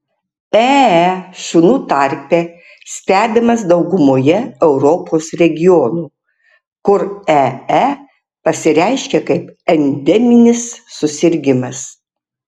ee šunų tarpe stebimas daugumoje europos regionų kur ee pasireiškia kaip endeminis susirgimas